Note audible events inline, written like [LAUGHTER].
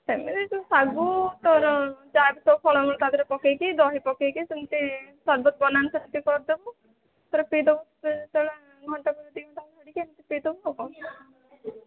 ସେମିତି ତୁ ଶାଗୁ ତୋର ଯାହା ବି ଫଳମୂଳ ତାଦେହରେ ପକେଇକି ଦହି ପକେଇକି ସେମତି ସର୍ବତ ବନାନ୍ତି ସେମତି କରିଦବୁ ପିଇଦବୁ [UNINTELLIGIBLE]